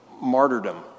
martyrdom